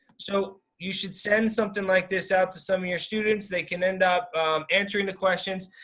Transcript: so, you should send something like this out to some of your students. they can end up answering the questions.